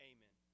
Amen